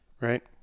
Right